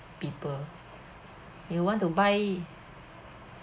people if you want to buy